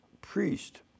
priest